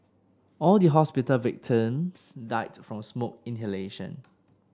all the hospital victims died from smoke inhalation